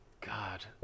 God